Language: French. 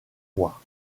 mois